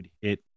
hit